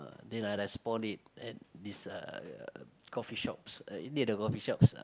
then I respond it at these uh coffee shops near the coffee shops ah